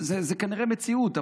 זו כנראה מציאות.